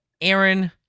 Aaron